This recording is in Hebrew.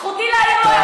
זכותי להעיר לו הערה.